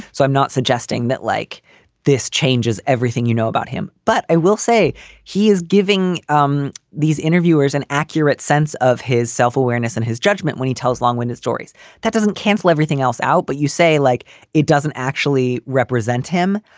so i'm not suggesting that, like this changes everything you know about him. but i will say he is giving um these interviewers an accurate sense of his self-awareness and his judgment when he tells long winded stories that doesn't cancel everything else out. but you say like it doesn't actually represent him,